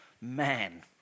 Man